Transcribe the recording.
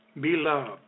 beloved